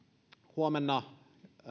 huomenna